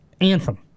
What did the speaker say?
Anthem